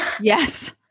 Yes